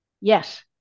Yes